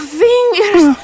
fingers